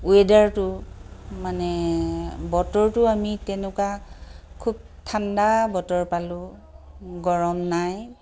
ৱেডাৰটো মানে বতৰটো আমি তেনেকুৱা খুব ঠাণ্ডা বতৰ পালোঁ গৰম নাই